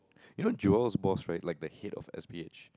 you know Joel's boss right like the head of S_P_H